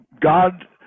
God